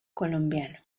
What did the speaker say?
colombiano